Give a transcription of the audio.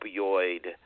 opioid